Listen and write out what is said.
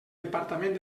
departament